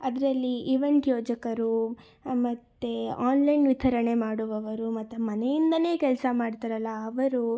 ಅದರಲ್ಲಿ ಇವೆಂಟ್ ಯೋಜಕರು ಮತ್ತೆ ಆನ್ಲೈನ್ ವಿತರಣೆ ಮಾಡುವವರು ಮತ್ತು ಮನೆಯಿಂದಲೇ ಕೆಲಸ ಮಾಡ್ತಾರಲ್ಲ ಅವರು